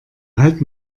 halt